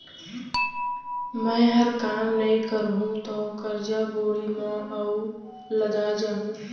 मैंहर काम नइ करहूँ तौ करजा बोड़ी म अउ लदा जाहूँ